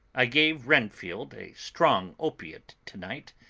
i gave renfield a strong opiate to-night,